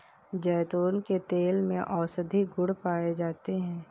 जैतून के तेल में औषधीय गुण पाए जाते हैं